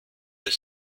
the